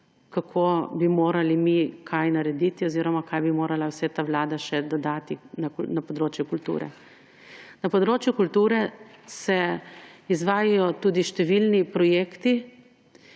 kako bi morali mi kaj narediti oziroma kaj bi morala vse ta vlada še dodati na področju kulture. Na področju kulture se izvajajo tudi številni projekti